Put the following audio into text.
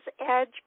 Edge